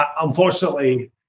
unfortunately